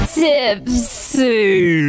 tipsy